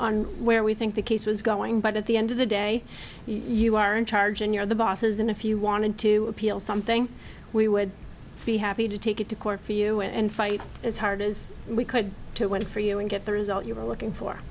on where we think the case was going but at the end of the day you are in charge and you're the bosses and if you wanted to appeal something we would be happy to take it to court for you and fight as hard as we could to win it for you and get there is all you are looking for